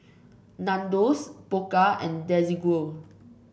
Nandos Pokka and Desigual